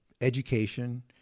education